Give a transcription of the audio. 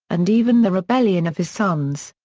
and even the rebellion of his sons.